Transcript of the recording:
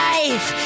Life